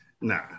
Nah